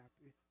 happy